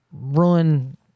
run